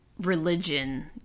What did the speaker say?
religion